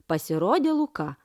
pasirodė luka